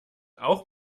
auch